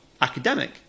academic